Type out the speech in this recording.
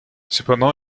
cependant